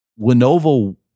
Lenovo